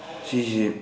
ꯁꯤꯁꯤ